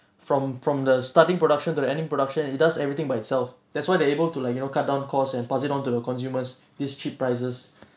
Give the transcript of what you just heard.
from from the starting production to the ending production it does everything by itself that's why they're able to like you know cut down costs and pass it on to the consumers this cheap prices